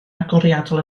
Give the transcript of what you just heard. agoriadol